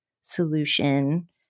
solution